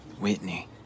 Whitney